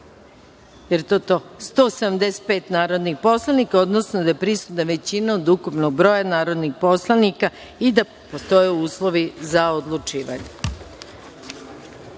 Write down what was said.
prisutno 175 narodnih poslanika, odnosno da je prisutna većina od ukupnog broja narodnih poslanika i da postoje uslovi za odlučivanje. Pošto